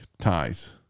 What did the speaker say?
Ties